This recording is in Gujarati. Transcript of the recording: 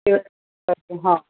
હતું હાં